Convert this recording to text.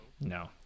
No